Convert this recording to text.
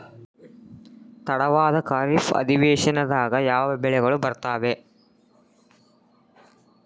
ತಡವಾದ ಖಾರೇಫ್ ಅಧಿವೇಶನದಾಗ ಯಾವ ಬೆಳೆಗಳು ಬರ್ತಾವೆ?